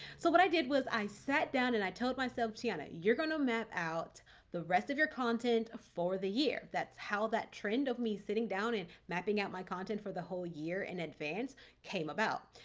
so what i did was i sat down and i told myself, tiana, you're going to map out the rest of your content for the year. that's how that trend of me sitting down and mapping out my content for the whole year in advance came about.